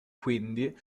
quindi